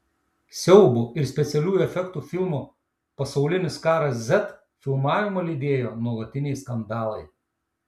siaubo ir specialiųjų efektų filmo pasaulinis karas z filmavimą lydėjo nuolatiniai skandalai